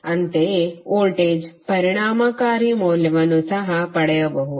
ಅಂತೆಯೇ ವೋಲ್ಟೇಜ್ನ ಪರಿಣಾಮಕಾರಿ ಮೌಲ್ಯವನ್ನು ಸಹ ಬರೆಯಬಹುದು